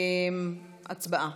הצבעה.